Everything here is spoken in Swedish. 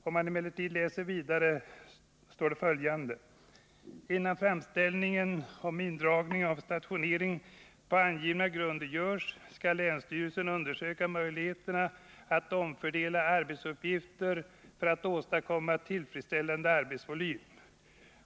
Om man emellertid läser vidare, finner man att det står: ”Innan framställning om indragning av stationering på angivna grunder görs, skall länsstyrelse undersöka möjligheterna att omfördela arbetsuppgifter för att åstadkomma tillfredsställande arbetsvolym.